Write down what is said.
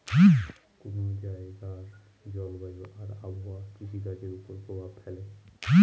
কোন জায়গার জলবায়ু আর আবহাওয়া কৃষিকাজের উপর প্রভাব ফেলে